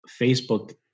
Facebook